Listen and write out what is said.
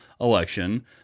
election